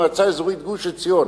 המועצה אזורית גוש-עציון